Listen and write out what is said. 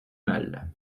mal